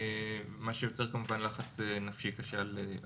מה שיוצר כמובן לחץ נפשי על הנפגע.